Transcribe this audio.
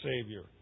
Savior